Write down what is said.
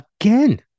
again